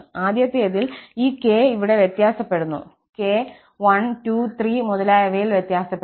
ആദ്യത്തേതിൽ ഈ k ഇവിടെ വ്യത്യാസപ്പെടുന്നു k 1 2 3 മുതലായവയിൽ വ്യത്യാസപ്പെടുന്നു